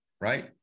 right